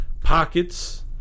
pockets